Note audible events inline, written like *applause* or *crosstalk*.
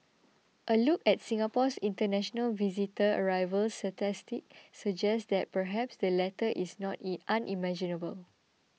a look at Singapore's international visitor arrival statistics suggest that perhaps the latter is not *unintelligible* unimaginable